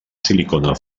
silicona